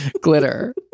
Glitter